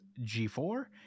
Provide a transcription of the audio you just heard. G4